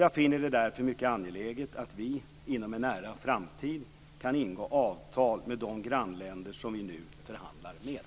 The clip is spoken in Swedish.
Jag finner det därför mycket angeläget att vi, inom en nära framtid, kan ingå avtal med de grannländer som vi nu förhandlar med.